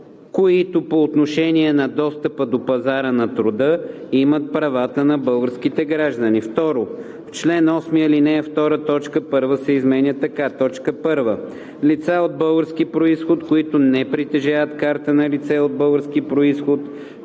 които по отношение на достъпа до пазара на труда имат правата на българските граждани.“ 2. В чл. 8, ал. 2, т. 1 се изменя така: „1. лица от български произход, които не притежават карта на лице от български произход